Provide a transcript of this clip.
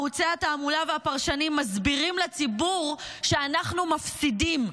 ערוצי התעמולה והפרשנים מסבירים לציבור שאנחנו מפסידים,